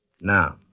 Now